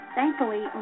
Thankfully